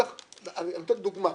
אני אתן דוגמה,